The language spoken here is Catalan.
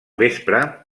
vespre